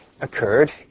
occurred